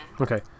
Okay